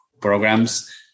programs